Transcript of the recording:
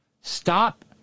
stop